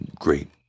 Great